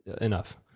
Enough